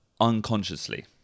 unconsciously